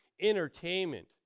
entertainment